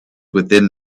within